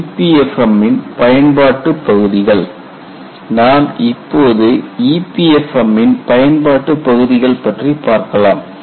Application Areas of EPFM EPFM ன் பயன்பாட்டு பகுதிகள் நாம் இப்போது EPFM இன் பயன்பாட்டு பகுதிகள் பற்றி பார்க்கலாம்